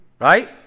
Right